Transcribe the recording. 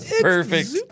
Perfect